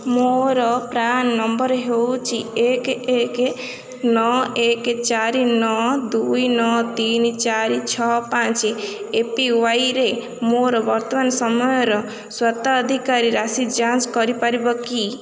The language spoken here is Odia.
ମୋର ପ୍ରାନ୍ ନମ୍ବର ହେଉଛି ଏକ ଏକ ନଅ ଏକ ଚାରି ନଅ ଦୁଇ ନଅ ତିନି ଚାରି ଛଅ ପାଞ୍ଚ ଏପିୱାଇରେ ମୋର ବର୍ତ୍ତମାନ ସମୟର ସ୍ୱତ୍ୱାଧିକାର ରାଶି ଯାଞ୍ଚ କରିପାରିବ କି